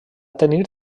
tenir